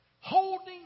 holding